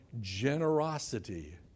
generosity